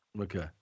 Okay